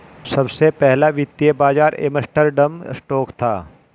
सबसे पहला वित्तीय बाज़ार एम्स्टर्डम स्टॉक था